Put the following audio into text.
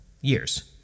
Years